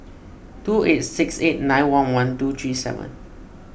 two eight six eight nine one one two three seven